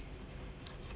S